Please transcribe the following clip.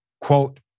Quote